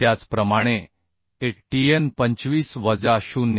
त्याचप्रमाणे atn 25 वजा 0